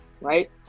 right